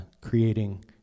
creating